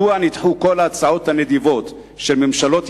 מדוע נדחו כל ההצעות הנדיבות של ממשלות